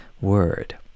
word